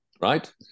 right